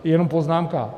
Jenom poznámka.